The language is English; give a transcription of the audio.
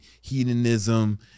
hedonism